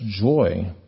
joy